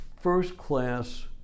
first-class